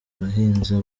abahinza